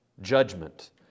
judgment